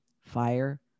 fire